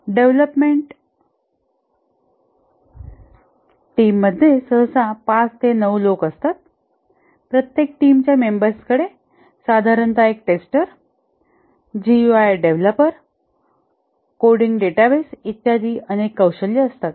development टीममध्ये सहसा 5 ते 9 लोक असतात प्रत्येक टीमच्या मेंबर्सकडे साधारणतः एक tester GUI developer coding database इत्यादी अनेक कौशल्ये असतात